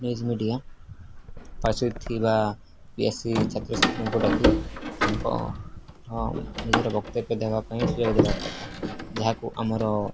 news media ପାର୍ଶ୍ୱରେ ଥିବା U P S C ଛାତ୍ରଛାତ୍ରୀଙ୍କୁ ଡାକି ତାଙ୍କର ନିଜର ବକ୍ତବ୍ୟ ଦେବା ପାଇଁ ସୁଯୋଗ ଦେବା କଥା ଯାହାକୁ ଆମର